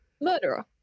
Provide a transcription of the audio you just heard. Murderer